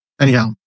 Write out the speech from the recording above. Anyhow